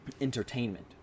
entertainment